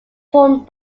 formed